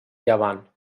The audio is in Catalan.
llevant